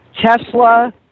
Tesla